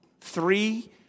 three